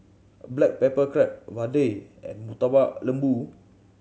black pepper crab vadai and Murtabak Lembu